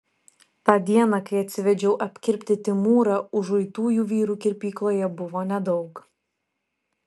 tą dieną kai atsivedžiau apkirpti timūrą užuitųjų vyrų kirpykloje buvo nedaug